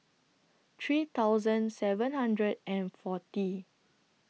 three thousand seven hundred and forty